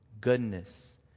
goodness